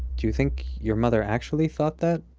do you think your mother actually thought that?